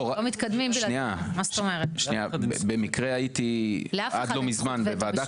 שנייה, במקרה הייתי עד לא מזמן בוועדה כזאת.